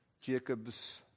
Jacob's